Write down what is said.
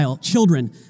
children